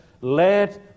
let